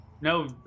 No